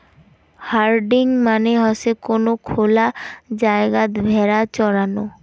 herding মানে হসে কোন খোলা জায়গাত ভেড়া চরানো